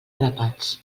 grapats